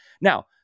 Now